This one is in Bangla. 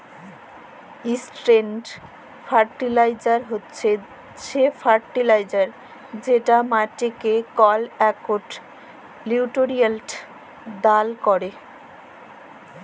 ইসট্রেট ফারটিলাইজার হছে সে ফার্টিলাইজার যেট মাটিকে কল ইকট লিউটিরিয়েল্ট দাল ক্যরে